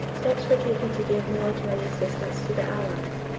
steps were taken to give military assistance to the allies.